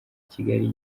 kigali